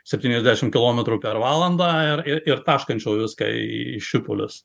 septyniasdešim kilometrų per valandą ir ir taškančio viską į šipulius